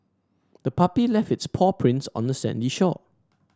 the puppy left its paw prints on the sandy shore